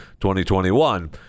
2021